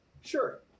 Sure